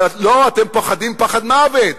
אבל לא, אתם פוחדים פחד מוות.